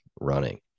running